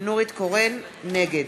נגד